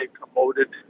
promoted